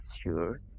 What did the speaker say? sure